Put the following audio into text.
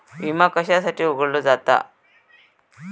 विमा कशासाठी उघडलो जाता?